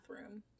bathroom